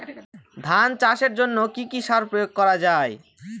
ধান চাষের জন্য কি কি সার প্রয়োগ করা য়ায়?